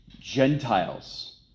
Gentiles